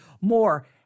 more